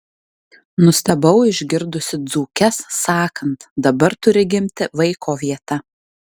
nustebau išgirdusi dzūkes sakant dabar turi gimti vaiko vieta